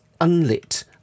unlit